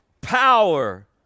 power